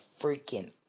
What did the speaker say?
freaking